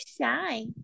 shy